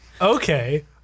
Okay